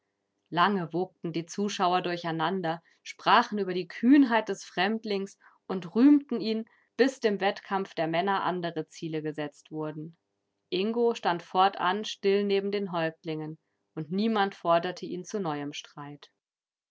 lange wogten die zuschauer durcheinander sprachen über die kühnheit des fremdlings und rühmten ihn bis dem wettkampf der männer andere ziele gesetzt wurden ingo stand fortan still neben den häuptlingen und niemand forderte ihn zu neuem streit